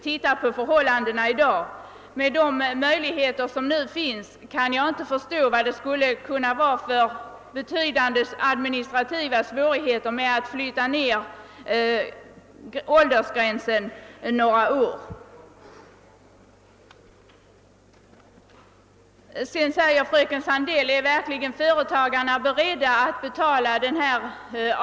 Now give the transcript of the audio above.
Med tanke på de möjligheter som i dag finns förstår jag inte vad det skulle in nebära för betydande svårigheter att flytta åldersgränsen några år nedåt. Fröken Sandell frågar: Är företagarna verkligen beredda att betala en högre avgift?